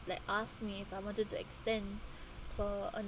like asked me if I wanted to extend for another